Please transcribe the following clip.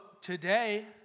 today